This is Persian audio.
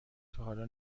تاحالا